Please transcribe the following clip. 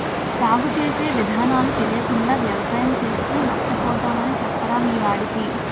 సాగు చేసే విధానాలు తెలియకుండా వ్యవసాయం చేస్తే నష్టపోతామని చెప్పరా మీ వాడికి